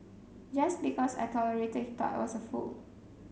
just because I tolerated he thought I was a fool